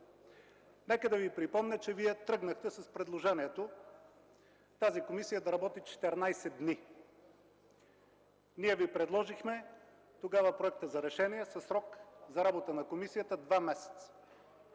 Нека да Ви припомня, че Вие тръгнахте с предложението тази комисия да работи 14 дни. Ние Ви предложихме тогава Проект за решение със срок за работа на комисията два месеца.